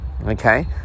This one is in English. okay